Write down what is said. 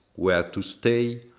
where to stay,